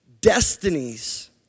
destinies